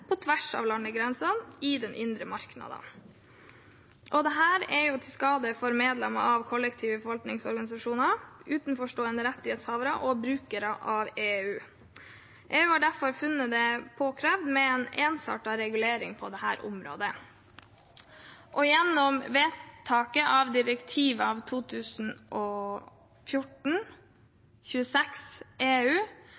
på tvers av landegrensene i det indre markedet. Dette er til skade for medlemmer av kollektive forvaltningsorganisasjoner, utenforstående rettighetshavere og brukere. EU har derfor funnet det påkrevd med ensartet regulering av dette området. Gjennom vedtaket av